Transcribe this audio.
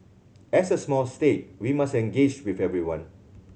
as a small state we must engage with everyone